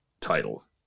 title